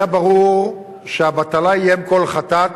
היה ברור שהבטלה היא אם כל חטאת.